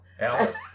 Alice